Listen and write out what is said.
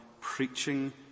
preaching